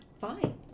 Fine